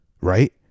Right